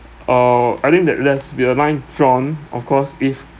uh I think that there must be a line drawn of course if